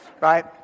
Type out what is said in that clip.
right